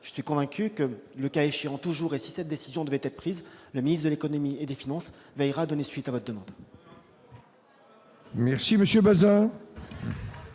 Je suis convaincu que, le cas échéant, si cette décision devait être prise, le ministre de l'économie et des finances veillerait à donner suite à votre demande. Nous verrons